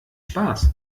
spaß